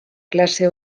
classe